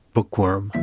Bookworm